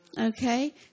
Okay